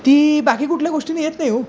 ती बाकी कुठल्या गोष्टीने येत नाही हो